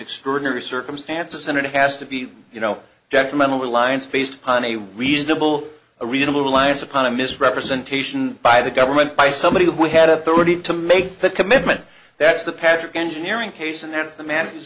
extraordinary circumstances and it has to be you know detrimental reliance based upon a reasonable a reasonable reliance upon a misrepresentation by the government by somebody who had a thirty to make that commitment that's the patrick engineering case and that's the managers